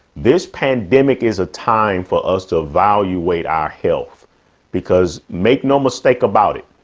this pandemic is a time for us to evaluate our health because make no mistake about it.